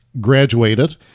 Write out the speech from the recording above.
graduated